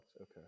okay